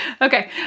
Okay